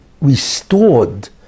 restored